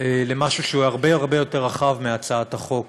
למשהו שהוא הרבה הרבה יותר רחב מהצעת החוק,